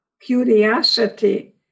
curiosity